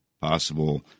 Possible